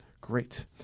Great